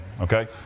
okay